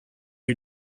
who